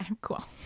Cool